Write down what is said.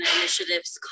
initiatives